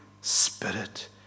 spirit